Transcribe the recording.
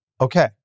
Okay